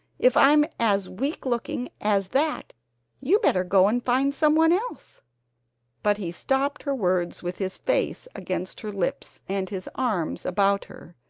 if i'm as weak-looking as that you better go and find someone else but he stopped her words with his face against her lips, and his arms about her,